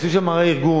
יעשו שם רה-ארגון,